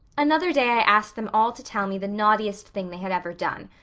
another day i asked them all to tell me the naughtiest thing they had ever done.